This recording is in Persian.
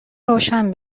روشن